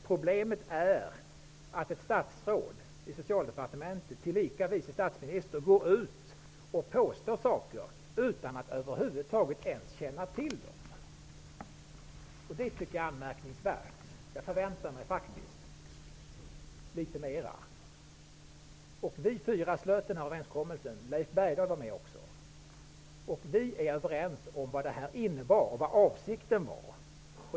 Problemet är att ett statsråd i Socialdepartementet, tillika vice statsminister, går ut och påstår saker utan att över huvud taget ens känna till dem. Det tycker jag är anmärkningsvärt. Jag förväntar mig faktiskt litet mer. Vi fyra slöt överenskommelsen -- Leif Bergdahl var med också -- och vi är överens om vad detta innebar, vilken avsikten var.